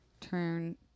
turn